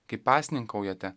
kai pasninkaujate